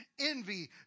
envy